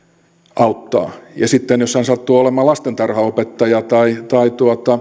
auttaa ja sitten hän sattuu olemaan lastentarhanopettaja tai tai